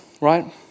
right